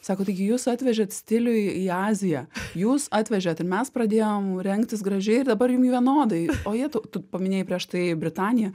sako taigi jūs atvežėt stilių į į aziją jūs atvežėt ir mes pradėjom rengtis gražiai ir dabar jum vienodai o jė tu paminėjai prieš tai britanija